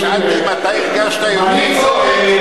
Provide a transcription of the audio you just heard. לא, שאלתי מתי הרגשת יותר טוב.